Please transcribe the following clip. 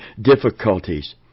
difficulties